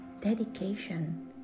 dedication